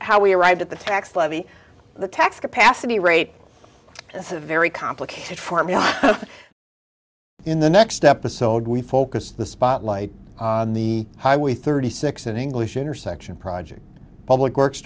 how we arrived at the tax levy the tax capacity rate it's a very complicated formula in the next episode we focus the spotlight on the highway thirty six an english intersection project public works